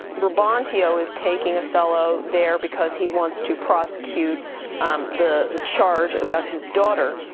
brabantio is taking othello there because he wants to prosecute um the the charge about his daughter,